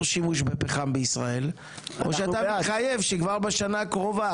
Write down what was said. שימוש בפחם בישראל או שאתה מתחייב שכבר בשנה הקרובה